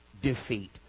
defeat